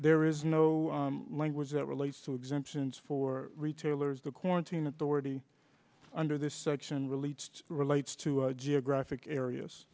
there is no language that relates to exemptions for retailers the quarantine authority under this section released relates to geographic areas